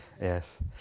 yes